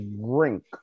drink